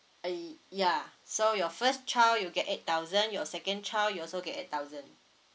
uh ya so your first child you get eight thousand your second child you also get eight thousand